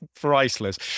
Priceless